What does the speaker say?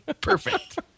Perfect